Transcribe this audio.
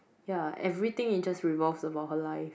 ya everything in just revolves about her life